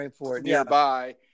nearby